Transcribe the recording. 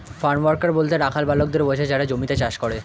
farm worker বলতে রাখাল বালকদের বোঝায় যারা জমিতে চাষ করে